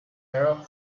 arrow